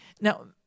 Now